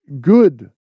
good